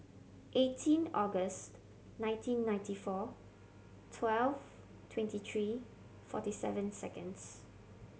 eighteen August nineteen ninety four twelve twenty three forty seven seconds